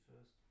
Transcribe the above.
first